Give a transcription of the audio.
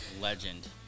Legend